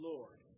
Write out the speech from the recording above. Lord